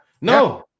No